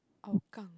hougang